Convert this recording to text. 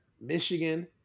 Michigan